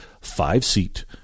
five-seat